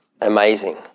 Amazing